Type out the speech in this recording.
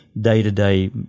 day-to-day